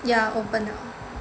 ya open 了